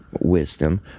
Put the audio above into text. wisdom